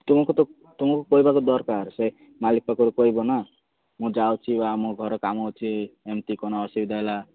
ତୁମକୁ ତ ତୁମକୁ କହିବା ତ ଦରକାର ସେ ମାଲିକ ଫେର କହିବ ନା ମୁଁ ଯାଉଛି ଆମ ଘରେ କାମ ଅଛି ଏମତି କ'ଣ ଅସୁବିଧା ହେଲା